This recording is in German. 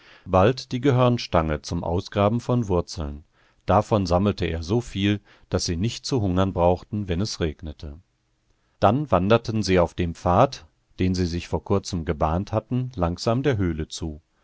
bald die gehörnstange zum ausgraben von wurzeln davon sammelte er soviel daß sie nicht zu hungern brauchten wenn es regnete dann wanderten sie auf dem pfad den sie sich vor kurzem gebahnt hatten langsam der höhle zu